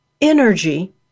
energy